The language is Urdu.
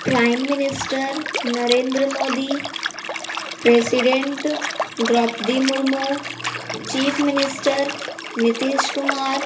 prime minister Narendra Modi president Droupadi Murmu chief minister Nitish Kumar